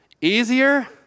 easier